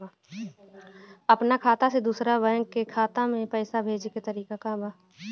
अपना खाता से दूसरा बैंक के खाता में पैसा भेजे के तरीका का बा?